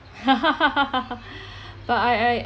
but I I